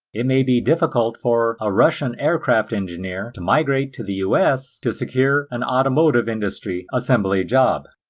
it may be difficult for a russian aircraft engineer to migrate to the us to secure an automotive industry assembly job.